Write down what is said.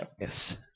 Yes